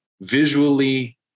visually